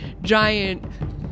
giant